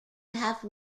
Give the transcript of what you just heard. have